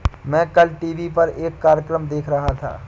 मैं कल टीवी पर एक कार्यक्रम देख रहा था